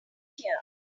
here